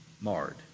marred